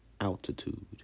altitude